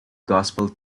gospel